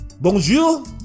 Bonjour